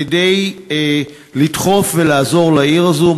כדי לדחוף ולעזור לעיר הזאת.